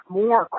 more